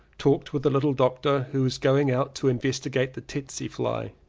talked with the little doctor who is going out to investigate the tsetse fly,